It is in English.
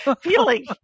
feeling